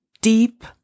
deep